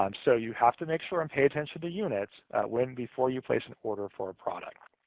um so you have to make sure and pay attention to units when before you place an order for product.